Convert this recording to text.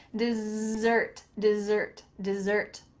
dessert, dessert, dessert.